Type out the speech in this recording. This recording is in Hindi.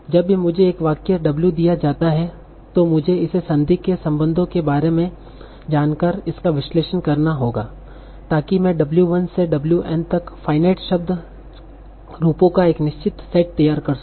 जब भी मुझे एक वाक्य w दिया जाता है तो मुझे इसे संदी के संबंधों के बारे में जानकर इसका विश्लेषण करना होगा ताकि मैं w1 से wn तक फाइनाइट शब्द रूपों का एक निश्चित सेट तैयार कर सकूं